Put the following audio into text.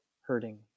hurting